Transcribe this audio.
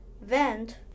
vent